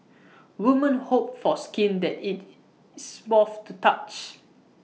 women hope for skin that is small to the touch